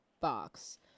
box